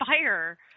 Fire